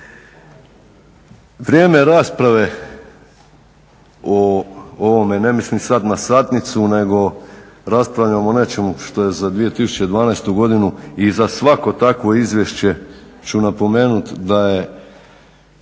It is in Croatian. Vrijeme rasprave o ovome, ne mislim sad na satnicu nego raspravljamo o nečemu što je za 2012. godinu i za svako takvo izvješće ću napomenut da je,